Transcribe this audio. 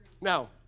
Now